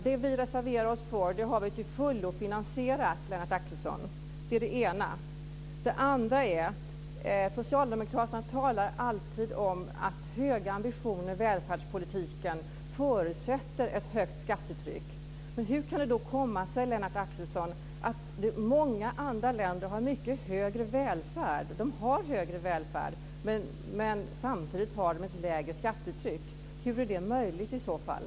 De vi reserverar oss till förmån för är till fullo finansierade, Lennart Axelsson. Det är det ena. Det andra är att socialdemokraterna alltid talar om att höga ambitioner i välfärdspolitiken förutsätter ett högt skattetryck. Hur kan det komma sig, Lennart Axelsson, att många andra länder har mycket högre välfärd men samtidigt ett lägre skattetryck? Hur är det möjligt i så fall?